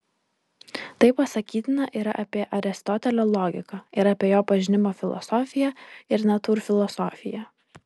tai pasakytina ir apie aristotelio logiką ir apie jo pažinimo filosofiją ir natūrfilosofiją